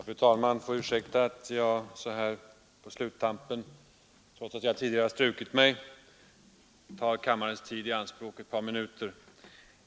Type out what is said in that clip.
Fru talman! Jag ber om ursäkt för att jag, trots att jag tidigare har strukit mig från talarlistan, så här på sluttampen tar kammarens tid i anspråk ett par minuter.